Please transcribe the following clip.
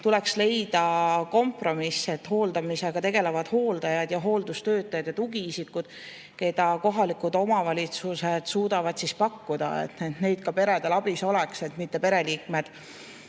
tuleks leida kompromiss, et hooldamisega tegelevad hooldajad, hooldustöötajad ja tugiisikud, keda kohalikud omavalitsused suudavad pakkuda, oleksid peredele abiks, mitte pereliikmed